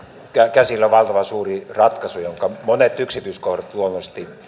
käsillä on valtavan suuri ratkaisu jonka monet yksityiskohdat luonnollisesti